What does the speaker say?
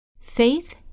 faith